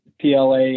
PLA